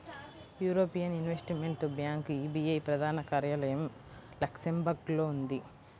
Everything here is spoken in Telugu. యూరోపియన్ ఇన్వెస్టిమెంట్ బ్యాంక్ ఈఐబీ ప్రధాన కార్యాలయం లక్సెంబర్గ్లో ఉంది